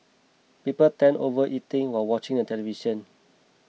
people tend overeating while watching a television